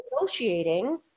negotiating